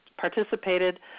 participated